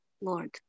Lord